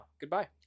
goodbye